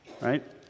Right